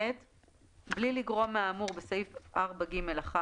(ח)בלי לגרוע מהאמור בסעיף 4ג1,